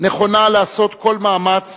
נכונה לעשות כל מאמץ